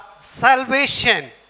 salvation